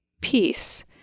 peace